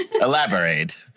elaborate